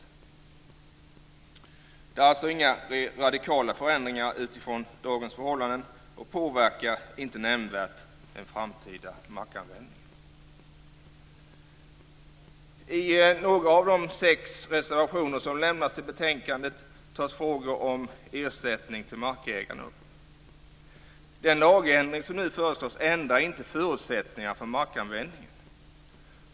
Det är alltså inga radikala förändringar jämfört med dagens förhållanden och de påverkar inte nämnvärt den framtida markanvändningen. I några av de sex reservationer som fogats till betänkandet tas frågor om ersättning till markägarna upp. Den lagändring som nu föreslås ändrar inte förutsättningarna för markanvändningen.